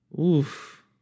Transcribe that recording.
Oof